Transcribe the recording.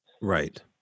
Right